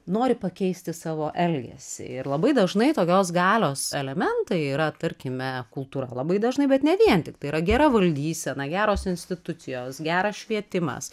nori pakeisti savo elgesį ir labai dažnai tokios galios elementai yra tarkime kultūra labai dažnai bet ne vien tiktai yra gera valdysena geros institucijos geras švietimas